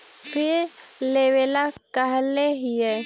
फिर लेवेला कहले हियै?